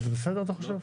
וזה בסדר אתה חושב?